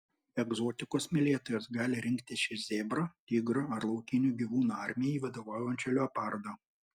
egzotikos mylėtojos gali rinktis iš zebro tigro ar laukinių gyvūnų armijai vadovaujančio leopardo